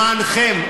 למענכם.